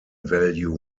value